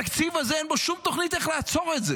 התקציב הזה, אין בו שום תוכנית איך לעצור את זה.